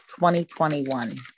2021